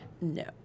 No